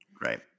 Right